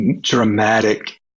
dramatic